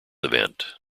event